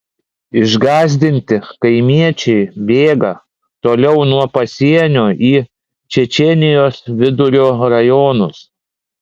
išgąsdinti kaimiečiai bėga toliau nuo pasienio į čečėnijos vidurio rajonus